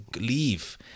leave